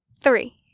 Three